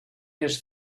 his